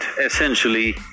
essentially